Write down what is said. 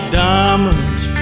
diamonds